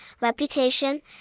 reputation